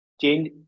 change